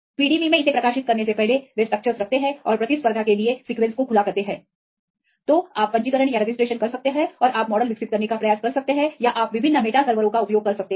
PDB में इसे प्रकाशित करने से पहले वे स्ट्रक्चरस रखते हैं और प्रतिस्पर्धा के लिए सीक्वेंसेस को खुला करते हैं तो आप पंजीकरण कर सकते हैं और आप मॉडल विकसित करने का प्रयास कर सकते हैं या आप विभिन्न मेटा सर्वरों का उपयोग कर सकते हैं